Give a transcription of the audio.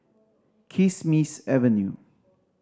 Kismis Avenue